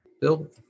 Bill